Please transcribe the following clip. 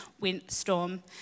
windstorm